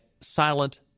silent